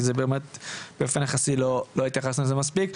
כי זה באמת באופן ייחסי לא התייחסנו לזה מספיק.